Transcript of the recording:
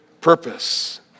purpose